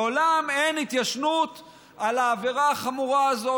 לעולם אין התיישנות על העבירה החמורה הזאת